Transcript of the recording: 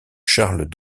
charles